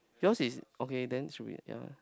yours is okay then should be yea